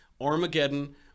Armageddon